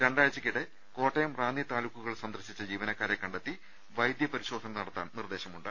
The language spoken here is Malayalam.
രണ്ടാഴ്ചക്കിടെ കോട്ടയം റ്റാന്നി താലൂക്കുകൾ സന്ദർശിച്ച ജീവനക്കാരെ കണ്ടെത്തി വൈദ്യപരിശോധന നട ത്താൻ നിർദ്ദേശമുണ്ട്